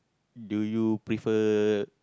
do you prefer